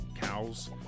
cows